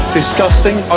disgusting